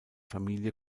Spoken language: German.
familie